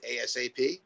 ASAP